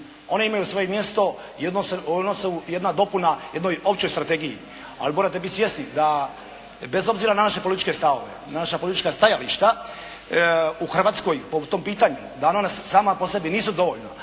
One imaju svoje mjesto, one su jedna dopuna jednoj općoj strategiji. Ali morate biti svjesni da bez obzira na naše političke stavove, naša politička stajališta u Hrvatskoj o tom pitanju, … /Govornik se ne